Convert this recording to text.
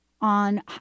on